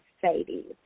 Sadie